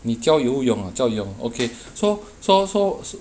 你教游泳 ah 教游泳 okay so so so s~